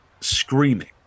screaming